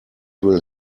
will